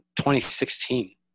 2016